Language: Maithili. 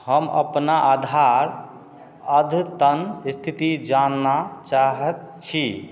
हम अपना आधार अद्यतन स्थिति जानना चाहत छी